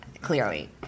Clearly